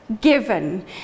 given